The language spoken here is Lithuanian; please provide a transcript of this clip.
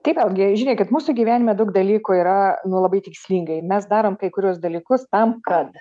tai vėlgi žiūrėkit mūsų gyvenime daug dalykų yra labai tikslingai mes darom kai kurius dalykus tam kad